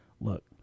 look